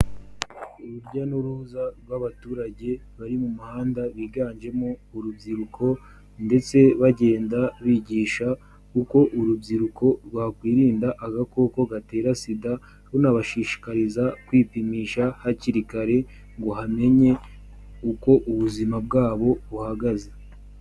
Urujya n'uruza rw'abaturage bari mu muhanda, biganjemo urubyiruko ndetse bagenda bigisha uko urubyiruko rwakwirinda agakoko gatera SIDA, runabashishikariza kwipimisha hakiri kare ngo hamenywe uko ubuzima bwabo buhagaze.